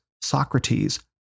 Socrates